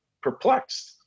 perplexed